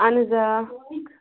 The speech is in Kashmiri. اَہَن حظ آ